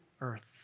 earth